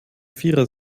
vierer